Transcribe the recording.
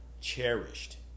cherished